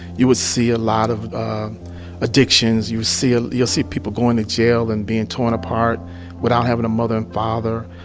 you would see a lot of addictions. you'd see ah you'll see people going to jail and being torn apart without having a mother and father.